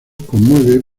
conmovido